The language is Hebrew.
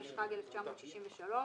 התשכ"ג-1963,